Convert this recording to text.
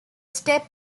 step